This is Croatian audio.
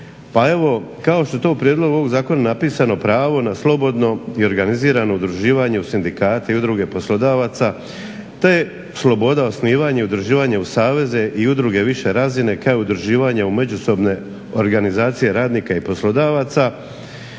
Pa evo kao što je to u prijedlogu ovog zakona napisano pravo na slobodno i organizirano udruživanje u sindikate i udruge poslodavaca to je sloboda osnivanja i udruživanja u saveze i udruge više razine kao i udruživanje u međusobne organizacije radnika i poslodavaca,